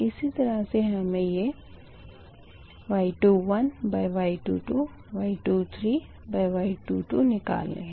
इसी तरह से हमें यह Y21Y22 Y23Y22निकालने है